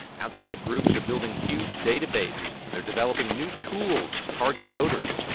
outside groups are building huge databases, and they are developing new tools to target voters.